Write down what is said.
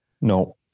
No